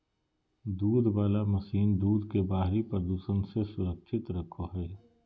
दूध वला मशीन दूध के बाहरी प्रदूषण से सुरक्षित रखो हइ